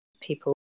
people